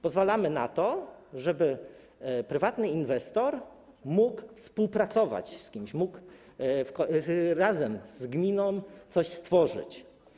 Pozwalamy na to, żeby prywatny inwestor mógł współpracować z kimś, mógł razem z gminą coś stworzyć.